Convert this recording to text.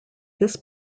this